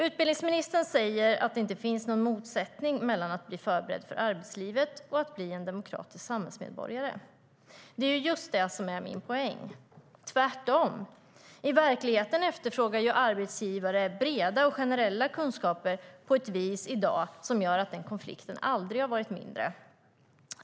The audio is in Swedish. Utbildningsministern säger att det inte finns någon motsättning mellan att bli förberedd för arbetslivet och att bli en demokratisk samhällsmedborgare. Det är just det som är min poäng. I verkligheten efterfrågar arbetsgivare tvärtom breda och generella kunskaper i dag på ett vis som gör att den konflikten aldrig har varit mindre.